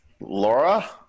Laura